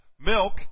Milk